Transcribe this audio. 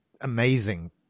amazing